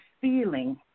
feeling